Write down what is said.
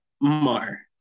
mar